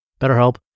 BetterHelp